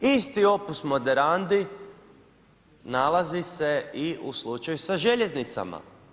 Isti opus moderandi nalazi se i u slučaju sa željeznicama.